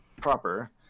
proper